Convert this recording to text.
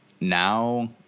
now